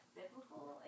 biblical